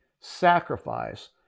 sacrifice